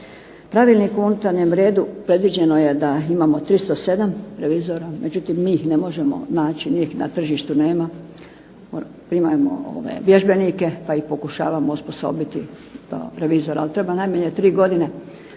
Pravilnikom o unutarnjem redu predviđeno je da imamo 307 revizora. Međutim, mi ih ne možemo naći, njih na tržištu nema. Primamo vježbenike pa ih pokušavamo osposobiti kao revizora. Ali treba najmanje 3 godine